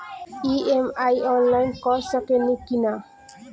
EMI online कर सकेनी की ना?